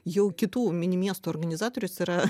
jau kitų mini miestų organizatoriais yra